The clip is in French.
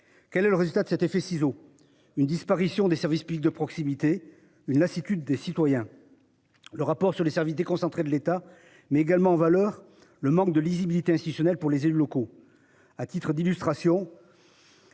Quel est le résultat de cet effet ciseaux une disparition des services publics de proximité. Une lassitude des citoyens. Le rapport sur les services déconcentrés de l'État met également en valeur le manque de lisibilité institutionnel pour les élus locaux.